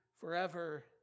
forever